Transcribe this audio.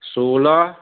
सोलह